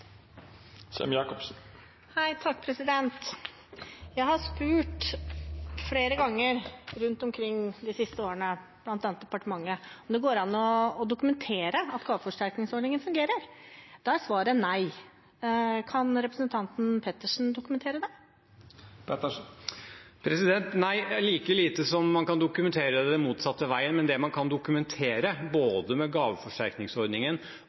Jeg har spurt rundt omkring flere ganger de siste årene, bl.a. i departementet, om det går an å dokumentere at gaveforsterkningsordningen fungerer. Da er svaret nei. Kan representanten Pettersen dokumentere det? Nei, like lite som man kan dokumentere det den motsatte veien, men det man kan dokumentere, både med gaveforsterkningsordningen